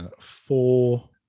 Four